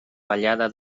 ballada